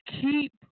keep